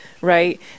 right